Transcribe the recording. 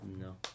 no